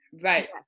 Right